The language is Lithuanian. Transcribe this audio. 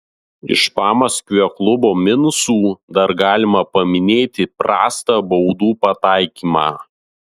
iš pamaskvio klubo minusų dar galima paminėti prastą baudų pataikymą